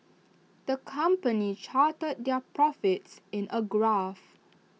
the company charted their profits in A graph